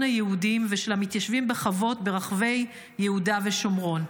היהודים ושל המתיישבים בחוות ברחבי יהודה ושומרון,